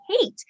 hate